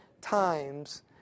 times